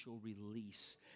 release